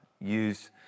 use